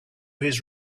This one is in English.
his